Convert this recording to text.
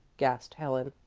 gasped helen.